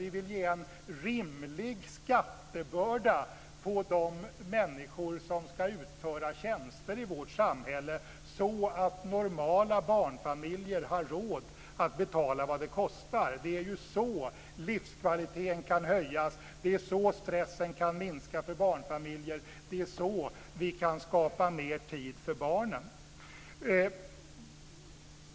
Vi vill ge en rimlig skattebörda på de människor som ska utföra tjänster i vårt samhälle, så att normala barnfamiljer har råd att betala vad det kostar. Det är ju så livskvaliteten kan höjas. Det är så stressen kan minska för barnfamiljer. Det är så vi kan skapa mer tid för barnen.